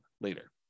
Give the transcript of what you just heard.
later